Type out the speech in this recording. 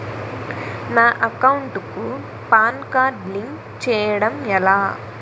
నా అకౌంట్ కు PAN card link చేయడం ఎలా?